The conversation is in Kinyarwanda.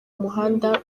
muhanda